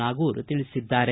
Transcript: ನಾಗೂರ ತಿಳಿಸಿದ್ದಾರೆ